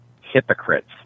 hypocrites